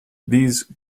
these